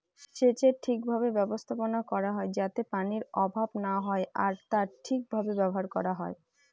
সেচের ঠিক ভাবে ব্যবস্থাপনা করা হয় যাতে পানির অভাব না হয় আর তা ঠিক ভাবে ব্যবহার করা হয়